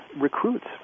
recruits